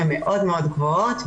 הן מאוד מאוד גבוהות,